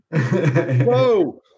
whoa